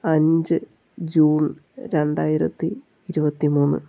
അഞ്ച് ജൂൺ രണ്ടായിരത്തി ഇരുപത്തിമൂന്ന്